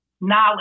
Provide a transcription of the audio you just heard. knowledge